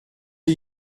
are